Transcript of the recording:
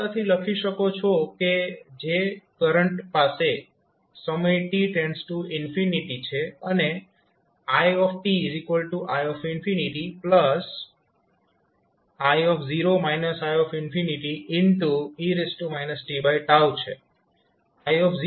તમે સરળતાથી લખી શકો છો કે જે કરંટ પાસે સમય t છે અને ii i i e t છે